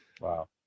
Wow